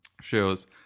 shows